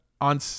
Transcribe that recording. on